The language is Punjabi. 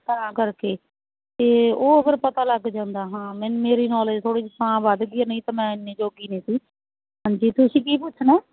ਤਾਂ ਕਰਕੇ ਅਤੇ ਉਹ ਫਿਰ ਪਤਾ ਲੱਗ ਜਾਂਦਾ ਹਾਂ ਮੇ ਮੇਰੀ ਨਾਲੇਜ ਥੋੜ੍ਹੀ ਤਾਂ ਵੱਧ ਗਈ ਨਹੀਂ ਤਾਂ ਮੈਂ ਇੰਨੀ ਜੋਗੀ ਨਹੀਂ ਸੀ ਹਾਂਜੀ ਤੁਸੀਂ ਕੀ ਪੁੱਛਣਾ